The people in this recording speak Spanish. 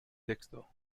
texto